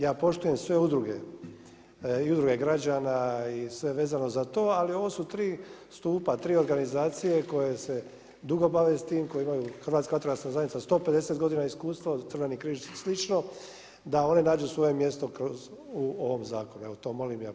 Ja poštujem sve udruge i udruge građana i sve vezano za to, ali ovo su 3 stupa, 3 organizacije, koje se dugo bave s tim, koje imaju, Hrvatska vatrogastva zajednica 150 godina iskustva, Crveni križ slično, da one nađu svoje mjesto u ovom zakonu, evo to molim i apeliram.